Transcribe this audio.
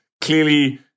Clearly